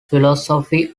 philosophy